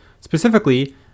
Specifically